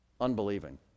Unbelieving